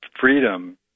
freedom